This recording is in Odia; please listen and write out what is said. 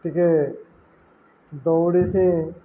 ଟିକେ ଦୌଡ଼ିସି